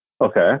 Okay